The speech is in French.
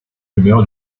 rumeur